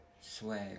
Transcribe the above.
Swag